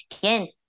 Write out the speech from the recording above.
again